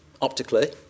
optically